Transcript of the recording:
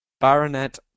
Baronet